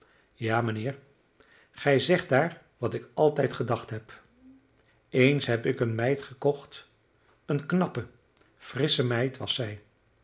ja mijnheer gij zegt daar wat ik altijd gedacht heb eens heb ik eene meid gekocht eene knappe frissche meid was zij